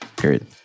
period